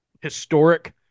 historic